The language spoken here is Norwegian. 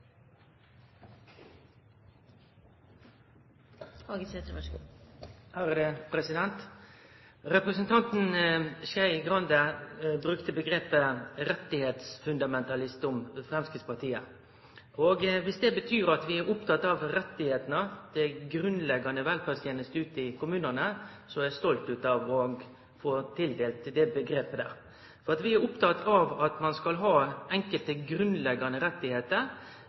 så for. Representanten Skei Grande brukte begrepet «rettighetsfundamentalist» om Fremskrittspartiet. Hvis det betyr at vi er opptatt av rettighetene, de grunnleggende velferdstjenester ute i kommunene, så er jeg stolt av å bli tildelt det begrepet. For vi er opptatt av at man skal ha enkelte grunnleggende rettigheter,